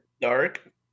Dark